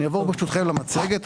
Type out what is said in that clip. ברשותכם, אני אעבור למצגת.